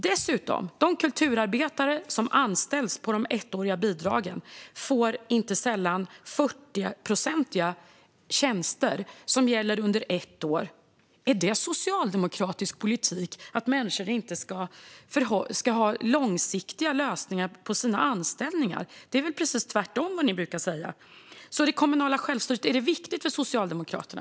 Utöver detta får de kulturarbetare som anställs på de ettåriga bidragen inte sällan 40-procentiga tjänster, som gäller under ett år. Är det socialdemokratisk politik att människor inte ska ha långsiktiga lösningar när det gäller anställningar? Det är väl precis tvärtemot vad ni brukar säga, Azadeh Rojhan Gustafsson? Är det kommunala självstyret viktigt för Socialdemokraterna?